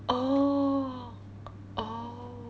oh oh